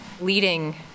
leading